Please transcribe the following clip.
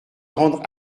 rendre